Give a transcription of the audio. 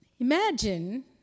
Imagine